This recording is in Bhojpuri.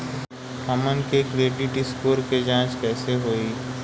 हमन के क्रेडिट स्कोर के जांच कैसे होइ?